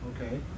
Okay